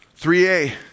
3A